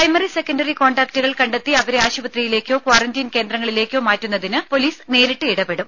primary secondary കോണ്ടാക്ടുകൾ കണ്ടെത്തി അവരെ ആശുപത്രിയിലേക്കോ ക്വാറന്റീൻ കേന്ദ്രങ്ങളിലേക്കോ മാറ്റുന്നതിന് പൊലിസ് നേരിട്ട് ഇടപെടും